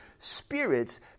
Spirits